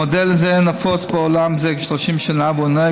מודל זה נפוץ בעולם זה כ-30 שנה והוא נוהג